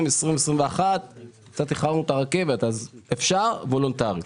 תחבורה ציבורית.